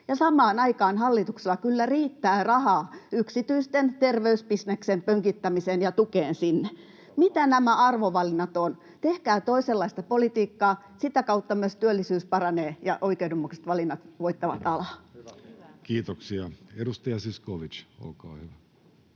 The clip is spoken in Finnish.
Samaan aikaan hallituksella kyllä riittää rahaa yksityisen terveysbisneksen pönkittämiseen ja tukeen sinne. Mitä nämä arvovalinnat ovat? Tehkää toisenlaista politiikkaa, sitä kautta myös työllisyys paranee ja oikeudenmukaiset valinnat voittavat alaa. Kiitoksia. — Edustaja Zyskowicz, olkaa hyvä.